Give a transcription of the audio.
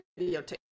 videotape